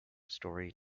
story